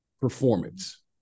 performance